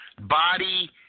body